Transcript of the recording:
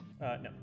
No